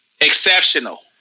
exceptional